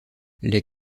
les